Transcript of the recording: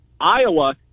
Iowa